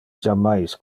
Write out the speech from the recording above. jammais